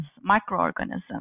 microorganisms